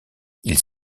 ils